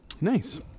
Nice